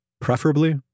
preferably